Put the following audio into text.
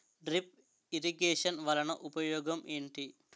drip irrigation వలన ఉపయోగం ఏంటి